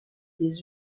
les